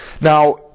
Now